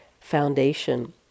foundation